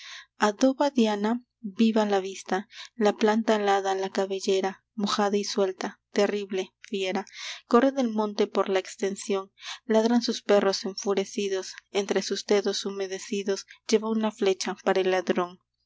a dó va diana viva la vista la planta alada la cabellera mojada y suelta terrible fiera corre del monte por la extensión ladran sus perros enfurecidos entre sus dedos humedecidos lleva una flecha para el ladrón